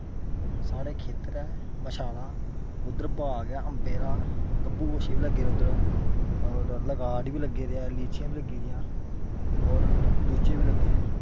साढ़े खेत्तर ऐ मसाढ़ा उद्धर बाग ऐ अम्बै दा गबू गोशे बी लग्गे दे उद्धर होर लगाठ बी लग्गे दे लीचियां बी लग्गी दियां होर लूचे बी लग्गे दे